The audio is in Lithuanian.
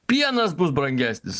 pienas bus brangesnis